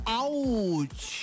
ouch